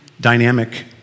dynamic